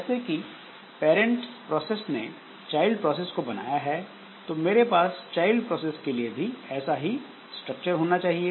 जैसे कि parents process ने चाइल्ड प्रोसेस को बनाया है तो मेरे पास चाइल्ड प्रोसेस के लिए भी ऐसा ही स्ट्रक्चर होना चाहिए